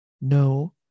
no